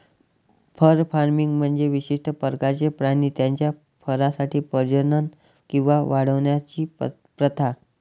fur farming म्हणजे विशिष्ट प्रकारचे प्राणी त्यांच्या फरसाठी प्रजनन किंवा वाढवण्याची प्रथा